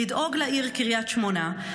לדאוג לעיר קריית שמונה,